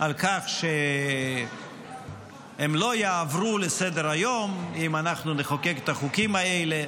על כך שהם לא יעברו לסדר-היום אם אנחנו נחוקק את החוקים האלה.